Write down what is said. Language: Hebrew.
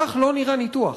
כך לא נראה ניתוח.